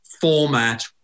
format